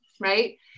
right